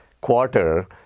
quarter